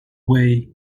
way